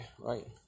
right